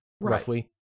roughly